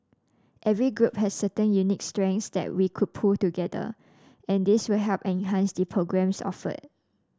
every group has certain unique strengths that we could pool together and this will help enhance the programmes offered